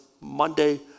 Monday